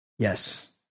Yes